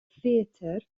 theatr